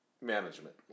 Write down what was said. management